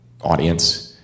audience